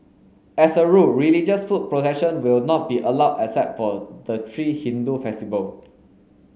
as a rule religious foot procession will not be allowed except for the three Hindu festival